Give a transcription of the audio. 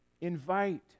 Invite